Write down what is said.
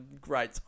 great